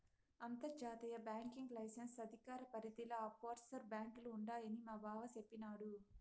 అంతర్జాతీయ banking licence అధికార పరిదిల ఈ ఆప్షోర్ బాంకీలు ఉండాయని మాబావ సెప్పిన్నాడు